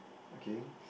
okay